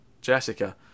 Jessica